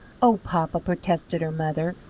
oh, papa, protested her mother,